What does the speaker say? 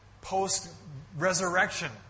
post-resurrection